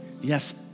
Yes